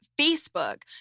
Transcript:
Facebook